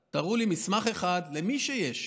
תראו, תראו לי מסמך אחד, למי שיש,